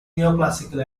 neoclassical